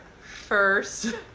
first